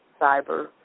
cyber